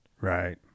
right